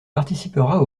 participera